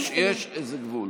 יש איזה גבול.